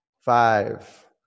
Five